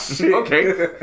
Okay